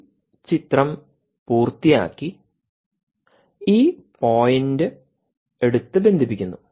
ഈ ചിത്രം പൂർത്തിയാക്കി ഈ പോയിന്റ് എടുത്ത് ബന്ധിപ്പിക്കുന്നു